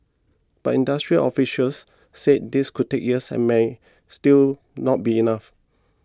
but industry officials say this could take years and may still not be enough